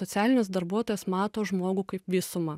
socialinis darbuotojas mato žmogų kaip visumą